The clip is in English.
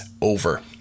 over